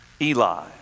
Eli